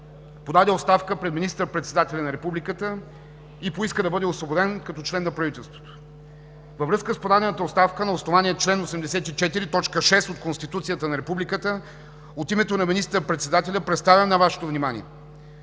подаде оставка пред министър-председателя на Републиката и поиска да бъде освободен като член на правителството. Във връзка с подадената оставка на основание чл. 84, т. 6 от Конституцията на Републиката от името на министър-председателя представям на Вашето внимание